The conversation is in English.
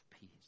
peace